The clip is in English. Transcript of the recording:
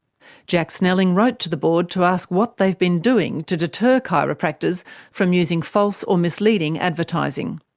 jack snelling wrote to the board to ask what they've been doing to deter chiropractors from using false or misleading advertising.